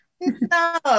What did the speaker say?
no